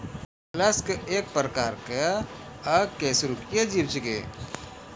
mollusc एक प्रकार के अकेशेरुकीय जीव छेकै